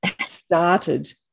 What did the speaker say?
started